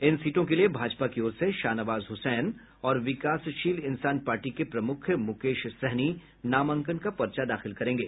इन सीटों के लिए भाजपा की ओर से शाहनवाज हुसैन और विकासशील इंसान पार्टी के प्रमुख मुकेश सहनी नामांकन पर्चा दाखिल करेंगे